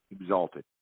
exalted